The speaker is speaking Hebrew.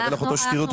אבל שנייה, אין בעיה.